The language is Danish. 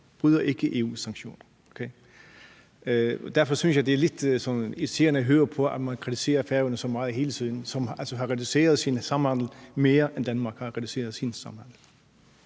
vi bryder ikke EU's sanktioner, okay? Derfor synes jeg, det er lidt sådan irriterende at høre på, at man kritiserer Færøerne så meget hele tiden, som altså har reduceret sin samhandel med Rusland mere, end Danmark har reduceret sin samhandel.